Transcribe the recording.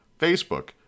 Facebook